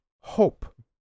hope